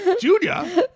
Junior